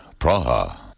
Praha